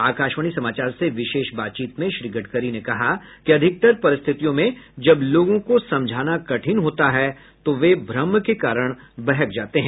आकाशवाणी समाचार से विशेष बातचीत में श्री गडकरी ने कहा कि अधिकतर परिस्थितियों में जब लोगों को समझाना कठिन होता है तो वे भ्रम के कारण बहक जाते हैं